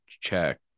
check